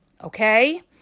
Okay